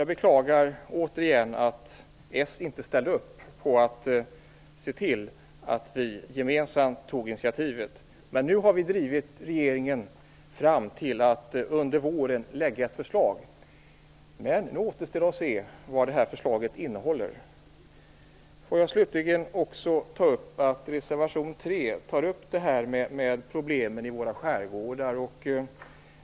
Jag beklagar återigen att socialdemokraterna inte ställde upp på att se till att vi gemensamt tog initiativet. Men nu har vi drivit regeringen till att under våren lägga fram ett förslag. Det återstår att se vad förslaget innehåller. Får jag slutligen också nämna att reservation 3 tar upp problemen i våra skärgårdar.